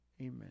Amen